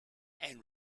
and